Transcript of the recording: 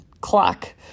clock